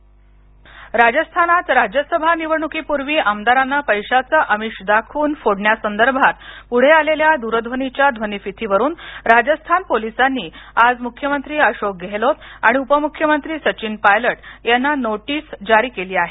राजस्थान राजस्थानात राज्यसभा निवडणुकीपूर्वी आमदारांना पैशाचं आमिष दाखवून फोडण्यासंदर्भात पुढे आलेल्या दूरध्वनीच्या ध्वनिफितीवरून राजस्थान पोलिसांनी आज मुख्यमंत्री अशोक गेहलोत आणि उपमुख्यमंत्री सचिन पायलट यांना नोटिस जारी केली आहे